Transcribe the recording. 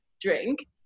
drink